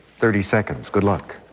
thirty seconds. good luck